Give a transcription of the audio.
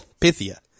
Pythia